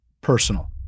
personal